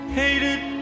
hated